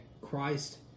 Christ